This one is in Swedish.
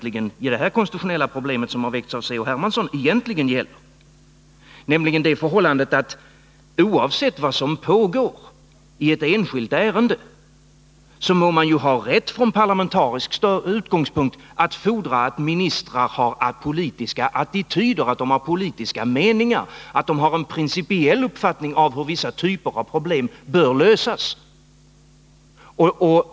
Så har vi vad det här konstitutionella problemet, som har tagits upp av Carl-Henrik Hermansson, egentligen gäller, nämligen det förhållandet att oavsett vad som pågår i ett enskilt ärende må man från parlamentarisk utgångspunkt ha rätt att fordra att ministrar har politiska attityder och meningar, att de har en principiell uppfattning om hur vissa typer av problem bör lösas.